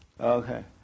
Okay